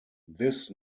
this